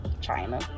China